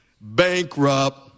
Bankrupt